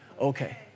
okay